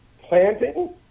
planting